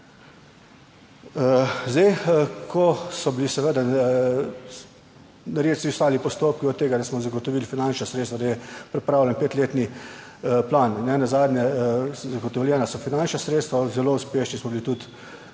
Zdaj ko so bili seveda res ostali postopki od tega, da smo zagotovili finančna sredstva, da je pripravljen petletni plan, nenazadnje zagotovljena so finančna sredstva, zelo uspešni smo bili tudi